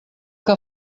que